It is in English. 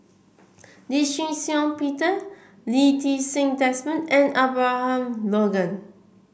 Lee Shih Shiong Peter Lee Ti Seng Desmond and Abraham Logan